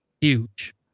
huge